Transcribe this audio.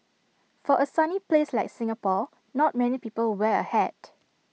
for A sunny place like Singapore not many people wear A hat